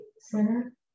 center